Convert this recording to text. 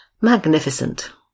Magnificent